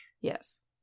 Yes